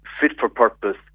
fit-for-purpose